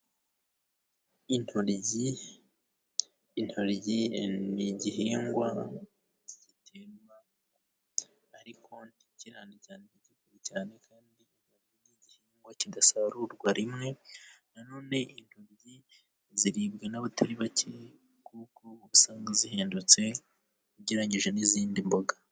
Intoryi, intoryi ni igihingwa gitemba ariko nti ki cyane igi cyane kandi igihingwa kidasarurwa rimwe nano intobyi ziribwa n'abatari bake kuko ubusanzwe zihindundutse ugereranyije n'izindi mboga.